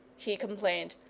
he complained.